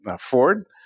Ford